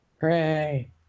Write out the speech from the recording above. Hooray